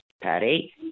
Patty